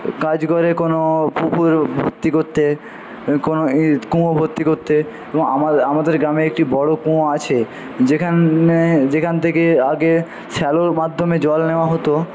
কাজ করে কোনো পুকুর ভর্তি করতে কোনো এই কোনো কুয়ো ভর্তি করতে এবং আমার আমাদের গ্রামে একটি বড় কুয়ো আছে যেখানে যেখান থেকে আগে শ্যালোর মাধ্যমে জল নেওয়া হতো